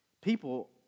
People